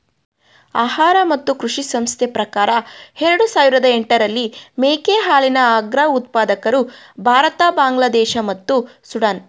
ಆಹಾರ ಮತ್ತು ಕೃಷಿ ಸಂಸ್ಥೆ ಪ್ರಕಾರ ಎರಡು ಸಾವಿರದ ಎಂಟರಲ್ಲಿ ಮೇಕೆ ಹಾಲಿನ ಅಗ್ರ ಉತ್ಪಾದಕರು ಭಾರತ ಬಾಂಗ್ಲಾದೇಶ ಮತ್ತು ಸುಡಾನ್